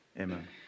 Amen